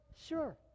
Sure